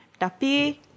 Tapi